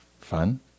fun